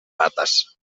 rates